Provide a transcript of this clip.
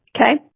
Okay